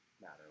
matter